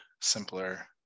simpler